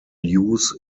use